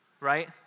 Right